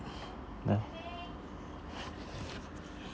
nah